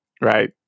right